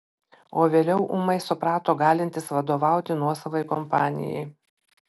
o vėliau ūmai suprato galintis vadovauti nuosavai kompanijai